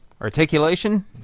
Articulation